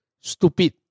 Stupid